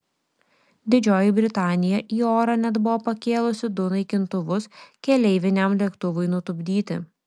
didžioji britanija į orą net buvo pakėlusi du naikintuvus keleiviniam lėktuvui nutupdyti